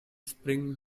spring